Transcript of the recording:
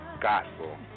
gospel